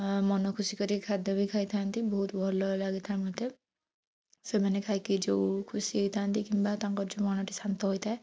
ମନ ଖୁସି କରି ଖାଦ୍ୟ ବି ଖାଇଥାଆନ୍ତି ବହୁତ ଭଲ ଲାଗିଥାଏ ମଧ୍ୟ ସେମାନେ ଖାଇକି ଯେଉଁ ଖୁସି ହୋଇଥାଆନ୍ତି କିମ୍ବା ତାଙ୍କ ଯେଉଁ ମନଟି ଶାନ୍ତ ହୋଇଥାଏ